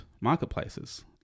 marketplaces